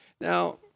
Now